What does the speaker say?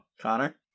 Connor